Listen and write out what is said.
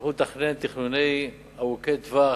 את זה שהם יכלו לתכנן תכנונים ארוכי טווח,